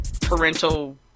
parental